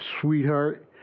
sweetheart